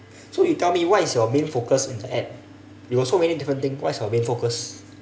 so you tell me what is your main focus in the app you got so many different thing what is your main focus